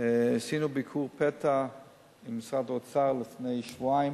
שעשינו ביקור פתע עם משרד האוצר לפני שבועיים